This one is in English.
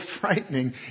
frightening